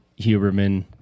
Huberman